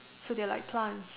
so they are like plants